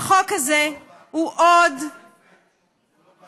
החוק הזה הוא עוד שרשרת,